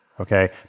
Okay